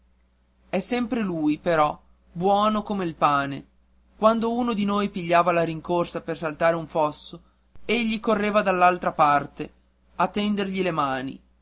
è sempre lui però buono come il pane quando uno di noi pigliava la rincorsa per saltare un fosso egli correva dall'altra parte e tendergli le mani